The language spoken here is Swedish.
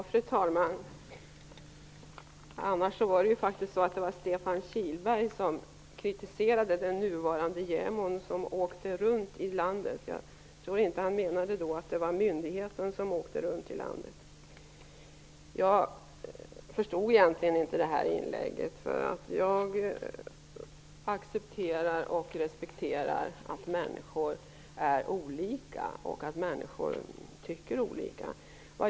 Fru talman! Det var faktiskt Stefan Kihlberg som kritiserade den nuvarande jämställdhetsombudmannen som åkte runt i landet. Jag tror inte att han menade att det var myndigheten som åkte runt. Jag förstår egentligen inte Stefan Kihlbergs inlägg. Jag accepterar och respekterar att människor är olika och tycker olika.